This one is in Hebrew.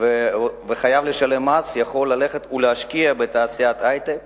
וחייב לשלם מס, יכול ללכת ולהשקיע בתעשיית ההיי-טק